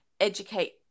educate